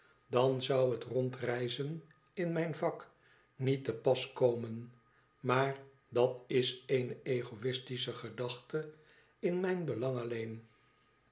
dan zou dat rondreizen in mijn vak niet te pas komen maar dat is eene egoistische gedachte in mijn belang alleen